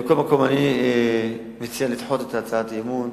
מכל מקום, אני מציע לדחות את הצעת האי-אמון